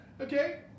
okay